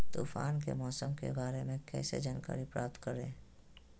तूफान के मौसम के बारे में कैसे जानकारी प्राप्त करें?